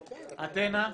אתנה.